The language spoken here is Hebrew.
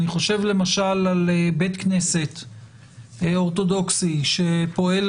אני חושב למשל על בית כנסת אורתודוכסי שפועל